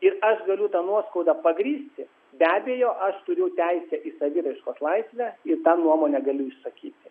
ir aš galiu tą nuoskaudą pagrįsti be abejo aš turiu teisę į saviraiškos laisvę ir tą nuomonę galiu išsakyti